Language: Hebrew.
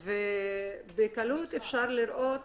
בקלות אפשר לראות